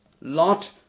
Lot